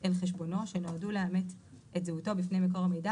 אל חשבונו שנועדו לאמת את זהותו בפני מקור המידע,